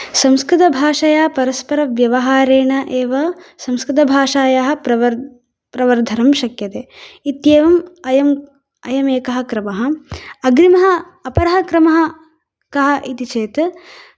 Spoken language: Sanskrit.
संस्कृतभाषया परस्परव्यवहारेण एव संस्कृतभाषायाः प्रवर् प्रवर्धनं शक्यते इत्येवम् अयम् अयमेकः क्रमः अग्रिमः अपरः क्रमः कः इति चेत्